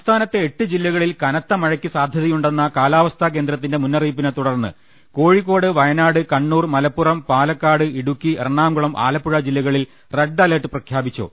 സംസ്ഥാനത്തെ എട്ട് ജില്ലകളിൽ കനത്ത മഴയ്ക്ക് സാധ്യതയുണ്ടെന്ന കാലാവസ്ഥാ കേന്ദ്രത്തിന്റെ മുന്നറിയിപ്പിനെത്തുടർന്ന് കോഴിക്കോട് വയ നാട് കണ്ണൂർ മലപ്പുറം പാലക്കാട് ഇടുക്കി എറണാകുളം ആലപ്പുഴ ജില്ല കളിൽ റെഡ് അലർട്ട് പ്രഖ്യാപിച്ചു